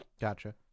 Gotcha